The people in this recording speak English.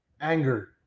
anger